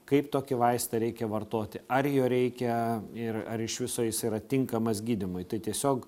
kaip tokį vaistą reikia vartoti ar jo reikia ir ar iš viso jis yra tinkamas gydymui tai tiesiog